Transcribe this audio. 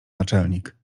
naczelnik